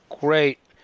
Great